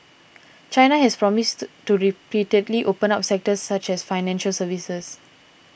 China has promised to repeatedly open up sectors such as financial services